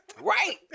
Right